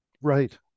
Right